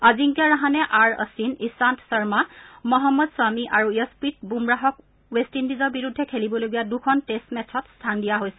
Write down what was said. অজিংক্য ৰাহানে আৰ অধ্বিন ইশান্ত শৰ্মা মহন্মদ চামী আৰু যছপ্ৰীত বুমৰাহক ৱেচ ইণ্ডিজৰ বিৰুদ্ধে খেলিবলগীয়া দুখন টেষ্ট মেচত স্থান দিয়া হৈছে